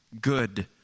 good